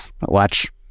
watch